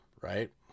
right